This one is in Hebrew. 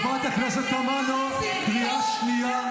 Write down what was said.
חברת הכנסת תמנו, קריאה שנייה.